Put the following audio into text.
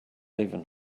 even